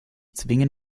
zwingen